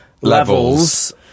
Levels